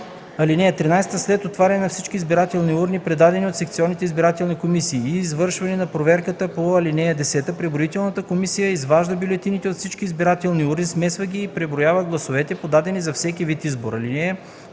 7 и 8. (13) След отваряне на всички избирателни урни, предадени от секционните избирателни комисии, и извършване на проверката по ал. 10 преброителната комисия изважда бюлетините от всички избирателните урни, смесва ги и преброява гласовете, подадени за всеки вид избор.